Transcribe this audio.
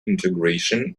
integration